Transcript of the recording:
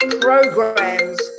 programs